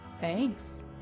Thanks